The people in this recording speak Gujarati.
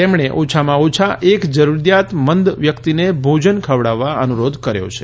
તેમણે ઓછામાં ઓછા એક જરૂરિયાતમંદ વ્યક્તિને ભોજન ખવડાવવા અનુરોધ કર્યો છે